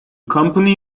company